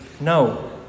No